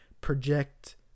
project